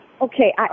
Okay